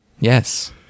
Yes